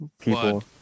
people